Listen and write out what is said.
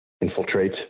infiltrate